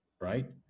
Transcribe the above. right